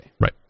Right